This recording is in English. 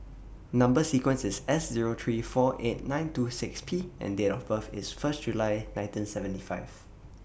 Number sequence IS S Zero three four eight nine two six P and Date of birth IS First July nineteen seventy five